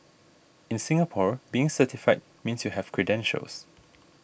in Singapore being certified means you have credentials